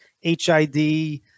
HID